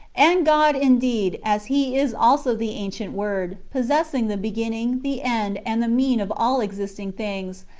and god indeed, as he is also the ancient word, possessing the beginning, the end, and the mean of all existing things,